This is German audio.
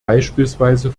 beispielsweise